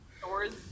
doors